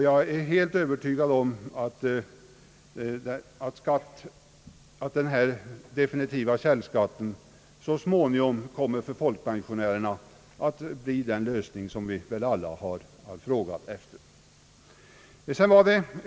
Jag är alldeles övertygad om att den definitiva källskatten för folkpensionärerna så småningom kommer att bli den lösning som vi alla har frågat efter.